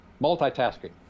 multitasking